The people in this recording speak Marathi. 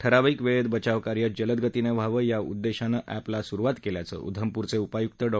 ठराविक वेळेत बचावकार्य जलदगतीनं व्हावं या उद्देशानं एपला सुरुवात केल्याचं उधमपूरचे उपायुक्त डॉ